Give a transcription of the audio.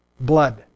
Blood